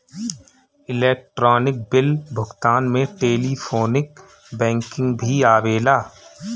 electronic bill भुगतान में telephonic banking भी आवेला